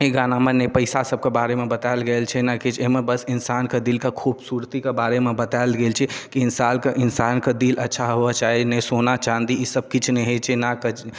ई गाना मे नहि पैसा सभके बारे मे बतायल गेल छै ने किछु एहिमे बस इन्सान के दिल के खुबसुरती के बारे मे बतायल गेल छै कि इन्सान के इन्सान के दिल अच्छा होबऽ चाही नहि सोना चाँदी ई सभ किछु नहि होइ छै